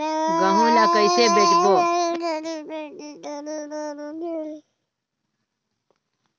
गहूं ला कइसे बेचबो?